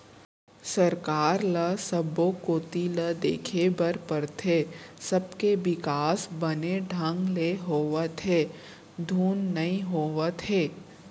सरकार ल सब्बो कोती ल देखे बर परथे, सबके बिकास बने ढंग ले होवत हे धुन नई होवत हे